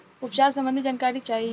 उपचार सबंधी जानकारी चाही?